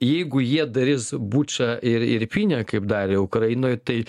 jeigu jie darys bučą ir ir pynę kaip darė ukrainoj tai